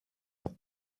ans